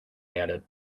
added